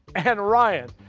and ryan.